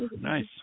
Nice